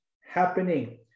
happening